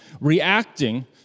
reacting